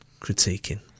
critiquing